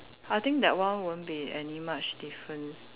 I think that one won't be any much difference